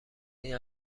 این